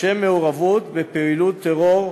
לשם מעורבות בפעילות טרור,